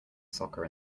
soccer